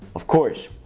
of course,